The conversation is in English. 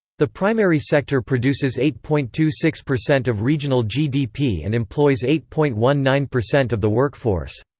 the primary sector produces eight point two six percent of regional gdp and employs eight point one nine percent of the workforce.